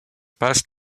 passe